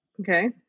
okay